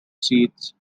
seats